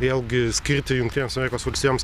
vėlgi skirti jungtinėms amerikos valstijoms